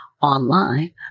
online